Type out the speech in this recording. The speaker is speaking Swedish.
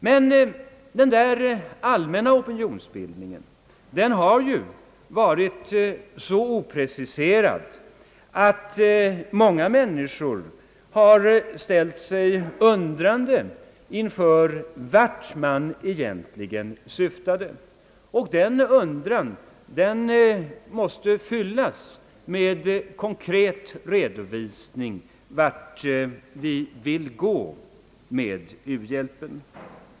Men denna allmänna opinionsbildning har ju varit så opreciserad, att många människor ställt sig undrande inför frågan vart man egentligen konkret syftar. Denna undran måste mötas med en faktisk redovisning med konkreta förslag till ökad u-hjälp.